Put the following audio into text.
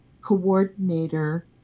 coordinator